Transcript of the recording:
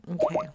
Okay